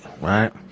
right